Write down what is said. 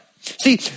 See